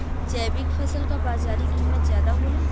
जैविक फसल क बाजारी कीमत ज्यादा होला